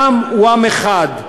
העם הוא עם אחד,